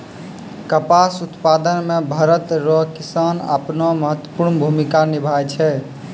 कपास उप्तादन मे भरत रो किसान अपनो महत्वपर्ण भूमिका निभाय छै